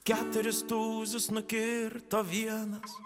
keturis tūzus nukirto vienas